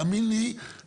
תיכנסו לפסיכולוגיה הזאת.